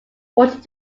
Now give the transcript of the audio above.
wanted